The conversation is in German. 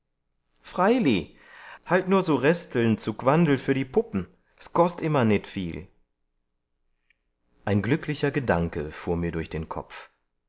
freili halt nur so resteln zu g'wandl für die pupp'n s kost't immer nit viel ein glücklicher gedanke fuhr mir durch den kopf